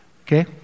Okay